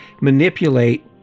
manipulate